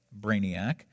brainiac